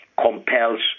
compels